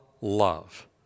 Love